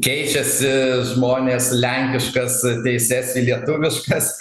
keičiasi žmonės lenkiškas teises į lietuviškas